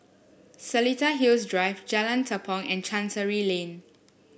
Seletar Hills Drive Jalan Tepong and Chancery Lane